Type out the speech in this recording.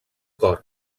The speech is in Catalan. cor